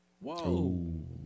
Whoa